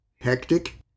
hectic